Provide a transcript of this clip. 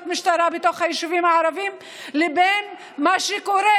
משטרה בתוך היישובים הערביים לבין מה שקורה,